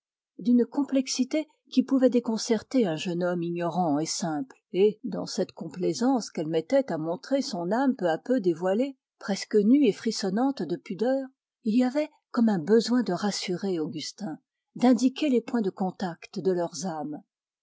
d'une complexité qui pouvait déconcerter un jeune homme ignorant et simple dans cette complaisance qu'elle mettait à montrer son âme peu à peu dévoilée presque nue et frissonnante de pudeur il y avait comme un besoin de rassurer augustin et d'indiquer les points de contact de leurs âmes